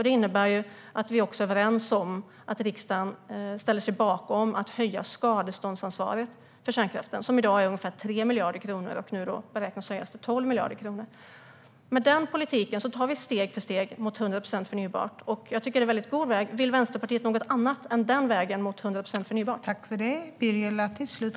Det innebär att vi också är överens om att riksdagen ställer sig bakom att höja skadeståndsansvaret för kärnkraften, som i dag är ungefär 3 miljarder kronor och nu beräknas höjas till 12 miljarder kronor. Med den politiken tar vi steg för steg mot 100 procent förnybart, och jag tycker att det är en väldigt god väg. Vill Vänsterpartiet något annat än den vägen mot 100 procent förnybart?